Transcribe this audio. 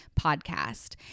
podcast